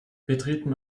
betreten